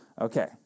Okay